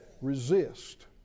Resist